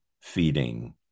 feeding